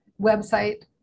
website